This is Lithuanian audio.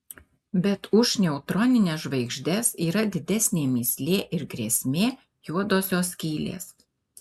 bet už neutronines žvaigždes yra didesnė mįslė ir grėsmė juodosios skylės